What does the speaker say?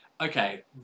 okay